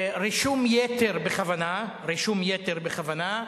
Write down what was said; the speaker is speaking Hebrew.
רישום יתר בכוונה, רישום יתר בכוונה,